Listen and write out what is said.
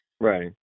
Right